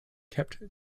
kept